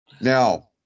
Now